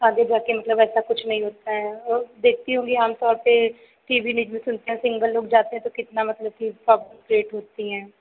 आगे जाकर मतलब ऐसा कुछ नहीं होता है और देखती होंगी आमतौर पर टी वी न्यूज़ में सुनते हैं सिन्गल लोग जाते हैं तो कितना मतलब कि होती हैं